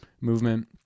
movement